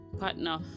partner